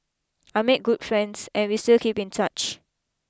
I made good friends and we still keep in touch